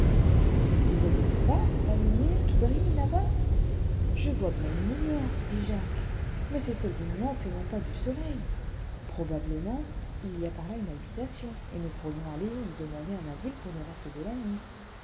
ne voyez-vous pas la lumière qui brille là-bas je vois bien une lumière dit jacques mais c'est celle d'une lampe et non pas du soleil probablement il y a par là une habitation et nous pourrions aller y demander un asile pour le reste de la nuit